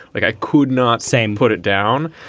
like, i could not same put it down.